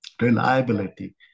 reliability